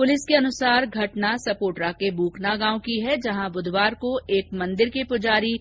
police के अनुसार घटना सपोटरा के ब्रकना गांव की है जहां ब्रधवार को एक मंदिर के प्रजारी